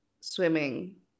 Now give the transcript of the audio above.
swimming